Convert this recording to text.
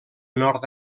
nord